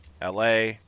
LA